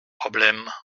problème